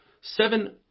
Seven